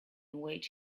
await